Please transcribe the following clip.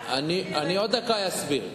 עוד דקה אסביר,